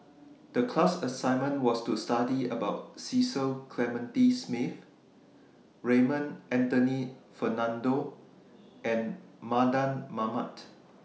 The class assignment was to study about Cecil Clementi Smith Raymond Anthony Fernando and Mardan Mamat